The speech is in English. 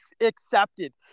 accepted